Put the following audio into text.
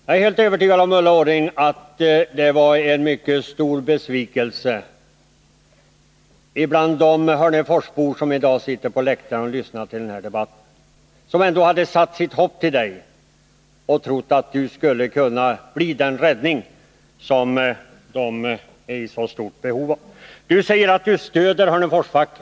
Jag är helt övertygad om att detta var en mycket stor besvikelse för de hörneforsbor som i dag sitter på läktaren och lyssnar till debatten, som hade satt sitt hopp till Ulla Orring och trott att hon skulle kunna bli den räddning de är i så stort behov av. Ulla Orring sade att hon stöder Hörneforsfacket.